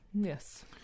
yes